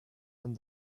and